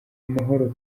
amahoro